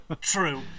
True